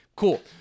cool